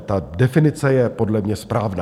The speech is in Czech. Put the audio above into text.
Ta definice je podle mě správná.